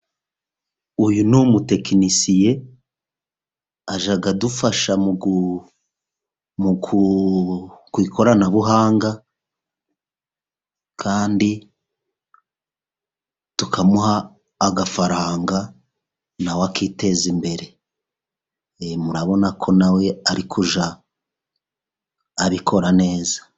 Uyu ni umutekinisiye, ajya adufasha mu ikoranabuhanga kandi tukamuha agafaranga, na we akiteza imbere. Murabona ko na we ari kujya abikora neza.